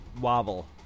wobble